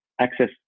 access